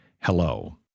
hello